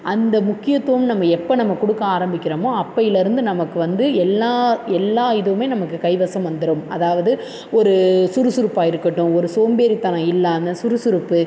அந்த முக்கியத்துவம் நம்ம எப்ப நம்ம கொடுக்க ஆரம்பிக்கிறமோ அப்போயிலருந்து நமக்கு வந்து எல்லா எல்லா இதுவுமே நமக்கு கைவசம் வந்துடும் அதாவது ஒரு சுறுசுறுப்பாக இருக்கட்டும் ஒரு சோம்பேறித்தனம் இல்லாத சுறுசுறுப்பு